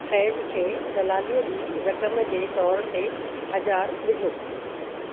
फैज़ खे दलालीअ जी रक़म जे तोरु ते हज़ार विझो